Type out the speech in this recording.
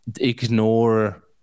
ignore